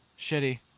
Shitty